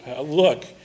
look